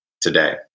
today